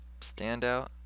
standout